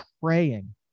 praying